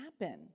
happen